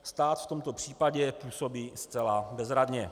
Stát v tomto případě působí zcela bezradně.